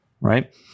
right